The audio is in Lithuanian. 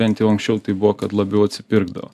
bent jau anksčiau tai buvo kad labiau atsipirkdavo